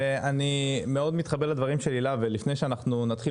אני מאוד מתחבר לדברים של הילה ולפני שנתחיל